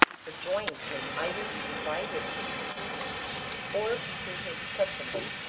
the joints may either be divided into two each, or pieces may be cut from them.